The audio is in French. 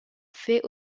fait